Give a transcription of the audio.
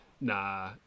Nah